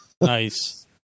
Nice